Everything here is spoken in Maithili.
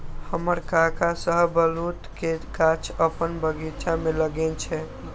हमर काका शाहबलूत के गाछ अपन बगीचा मे लगेने छै